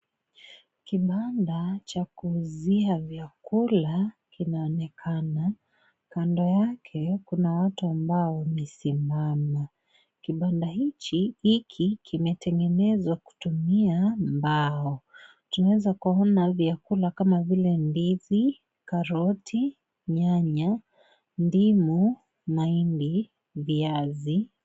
Kibanda cha kuzia vyakula kinaonekana, kando yake kuna watu ambao wamesimama, kibanda hiki kimetengenezwa kutumia mbao. Tunaweza kuona vyakula kama vile ndizi, karoti, nyanya, ndimu, maembe, viazi.